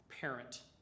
parent